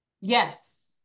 Yes